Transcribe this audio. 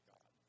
God